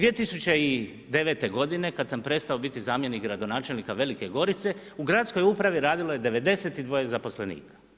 2009. godine kad sam prestao biti zamjenik gradonačelnika Velike Gorice, u gradskoj upravi radilo je 92 zaposlenika.